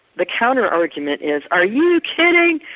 the counter argument is, are you kidding?